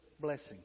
blessing